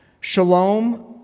Shalom